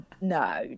no